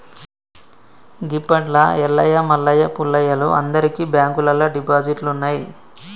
గిప్పట్ల ఎల్లయ్య మల్లయ్య పుల్లయ్యలు అందరికి బాంకుల్లల్ల డిపాజిట్లున్నయ్